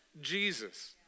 Jesus